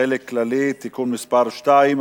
(חלק כללי) (תיקון מס' 2),